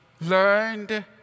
Learned